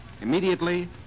immediately